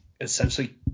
essentially